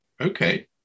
okay